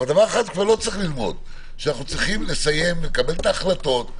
אבל אנחנו צריכים לסיים, לקבל החלטות.